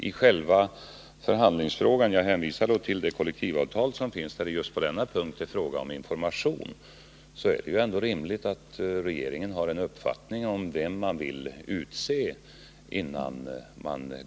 I själva förhandlingsfrågan — jag hänvisar då till det kollektivavtal som finns, där det just på denna punkt är fråga om information — är det ändå rimligt att regeringen i förväg har en uppfattning om vem den vill utse.